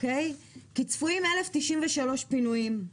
כי צפויים 1,093 פינויים,